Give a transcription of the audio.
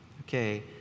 Okay